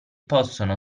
possono